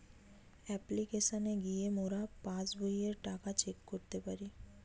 অপ্লিকেশনে গিয়ে মোরা পাস্ বইয়ের টাকা চেক করতে পারি